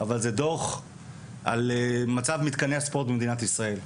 אבל זה דוח על מצב מתקני הספורט במדינת ישראל.